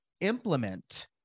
implement